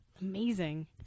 Amazing